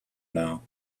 now